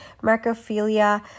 macrophilia